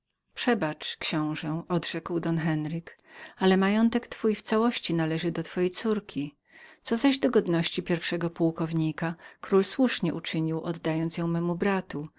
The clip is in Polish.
przebacz książe odrzekł don henryk ale majątek twój w całości należy do twojej córki co zaś do godności pierwszego pułkownika król słusznie uczynił oddając ją memu bratu